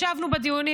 ישבנו בדיונים,